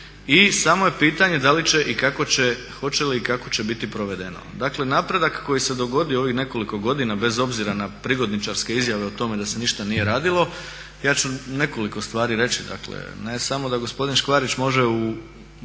i samo je pitanje da li će i kako će, hoće li i kako će biti provedeno. Dakle napredak koji se dogodio ovih nekoliko godina bez obzira na prigodničarske izjave o tome da se ništa nije radilo, ja ću nekoliko stvari reći. Dakle ne samo da gospodin Škvarić može